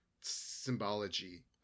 symbology